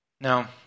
Now